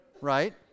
right